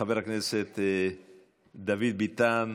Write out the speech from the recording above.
חבר הכנסת דוד ביטן,